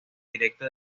directo